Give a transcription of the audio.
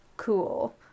cool